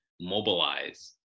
mobilize